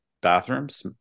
bathrooms